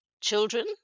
children